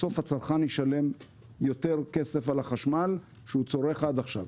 בסוף הצרכן ישלם יותר כסף על החשמל שהוא צורך עד עכשיו.